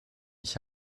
ich